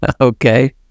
Okay